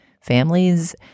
Families